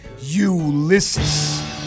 Ulysses